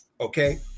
Okay